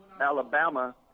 alabama